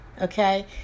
okay